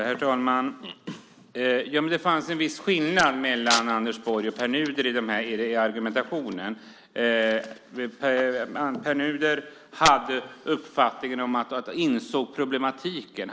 Herr talman! Ja, men det finns en viss skillnad mellan Anders Borg och Pär Nuder i argumentationen. Pär Nuder insåg problematiken.